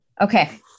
Okay